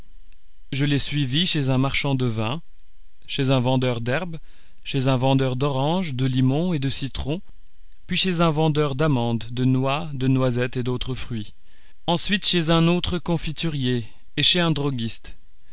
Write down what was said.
je l'ai suivie chez un marchand de vin chez un vendeur d'herbes chez un vendeur d'oranges de limons et de citrons puis chez un vendeur d'amandes de noix de noisettes et d'autres fruits ensuite chez un autre confiturier et chez un droguiste